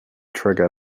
trigger